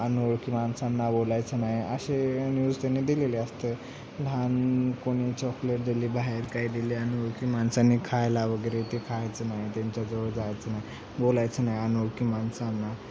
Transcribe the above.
अनोळखी माणसांना बोलायचं नाही असे न्यूज त्यांनी दिलेले असते लहान कोणी चॉकलेट दिली बाहेर काही दिले अनोळखी माणसांनी खायला वगैरे ते खायचं नाही त्यांच्याजवळ जायचं नाही बोलायचं नाही अनोळखी माणसांना